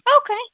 Okay